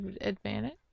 advantage